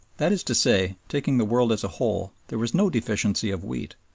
that is to say, taking the world as a whole, there was no deficiency of wheat,